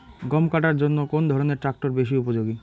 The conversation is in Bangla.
গম কাটার জন্য কোন ধরণের ট্রাক্টর বেশি উপযোগী?